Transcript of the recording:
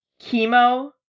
Chemo